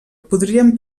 podrien